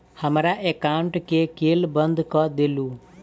हमरा एकाउंट केँ केल बंद कऽ देलु?